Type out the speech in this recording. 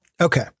Okay